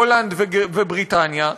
הולנד ובריטניה,